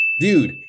dude